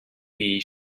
bee